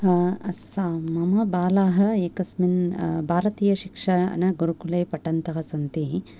अस्सां मम बाला एकस्मिन् भारतीयशिक्षागुरुकुले पठन्त सन्ति